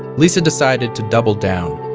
lisa decided to double down